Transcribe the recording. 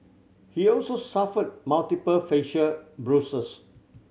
he also suffered multiple facial bruises